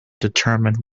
determine